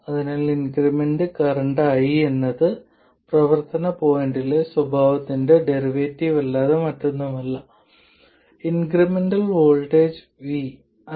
അതിനാൽ incremental current i എന്നത് പ്രവർത്തന പോയിന്റിലെ സ്വഭാവത്തിന്റെ ഡെറിവേറ്റീവ് അല്ലാതെ മറ്റൊന്നുമല്ല ഇൻക്രിമെന്റൽ വോൾട്ടേജ് v